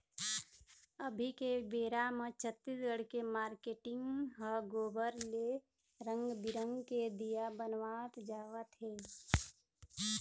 अभी के बेरा म छत्तीसगढ़ के मारकेटिंग ह गोबर ले रंग बिंरग के दीया बनवात जावत हे